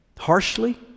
harshly